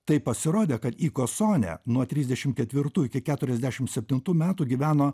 tai pasirodė kad ikososnė nuo trisdešim ketvirtų iki keturiasdešim septintų metų metų gyveno